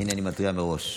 הינה, אני מתריע מראש.